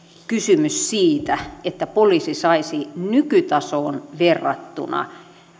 kysymys siitä että poliisi saisi nykytasoon verrattuna